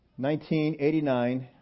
1989